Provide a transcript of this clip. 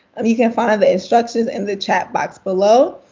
um you can find the instructions in the chat box below.